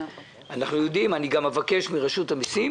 אנחנו יודעים ואני גם אבקש מרשות המיסים,